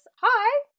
hi